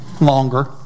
Longer